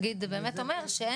ממה שאני מבינה.